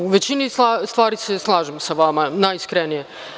U većini stvari se slažem sa vama, najiskrenije.